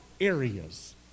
areas